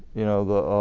you know the